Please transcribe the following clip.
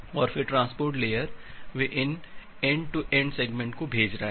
और फिर transport layer वे इन एंड टू एंड सेगमेंट को भेज रहा हैं